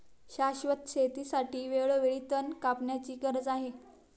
शाश्वत शेतीसाठी वेळोवेळी तण कापण्याची गरज आहे